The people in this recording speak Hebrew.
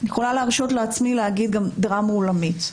אני יכולה להרשות לעצמי להגיד גם דרמה עולמית.